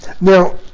Now